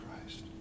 Christ